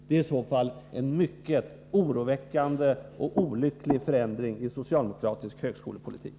Det är i så fall en mycket oroande och olycklig förändring i socialdemokratisk högskolepolitik.